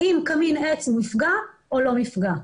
האם קמין עץ הוא מפגע או לא מפגע?